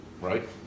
Right